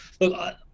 Look